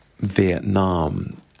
Vietnam